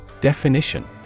Definition